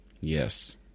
Yes